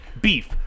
beef